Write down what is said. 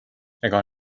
ega